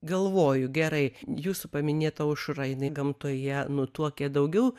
galvoju gerai jūsų paminėta aušra jinai gamtoje nutuokia daugiau